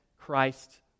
Christ